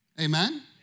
Amen